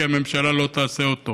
כי הממשלה לא תעשה אותו,